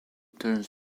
turns